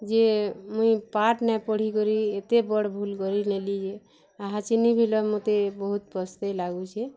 ଯେ ମୁଇଁ ପାଠ୍ ନାଇ ପଢ଼ି କରି ଏତେ ବଡ଼୍ ଭୁଲ୍ କରିନେଲି ମତେ ବହୁତ୍ ପସ୍ତେଇ ଲାଗୁଚେ